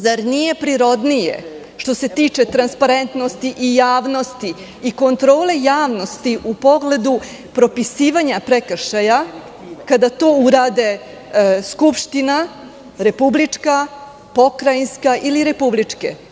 Zar nije prirodnije što se tiče transparentnosti, javnosti i kontrole javnosti u pogledu propisivanja prekršaja, kada to urade skupština, republička, pokrajinska ili republičke?